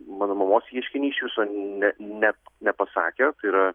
mano mamos ieškinys iš viso ne net nepasakė tai yra